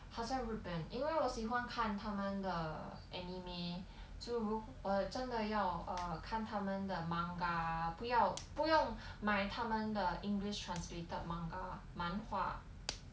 好像日本因为我喜欢看他们的 anime 是如我真的要 err 看他们的 manga 不要不用买他们的 english translated manga 漫画